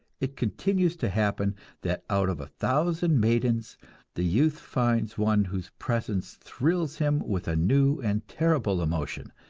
it continues to happen that out of a thousand maidens the youth finds one whose presence thrills him with a new and terrible emotion,